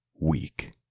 weak